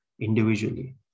individually